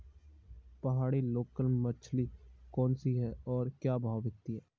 पहाड़ी लोकल मछली कौन सी है और क्या भाव बिकती है?